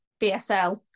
BSL